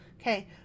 Okay